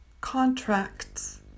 Contracts